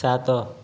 ସାତ